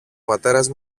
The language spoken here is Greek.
πατέρας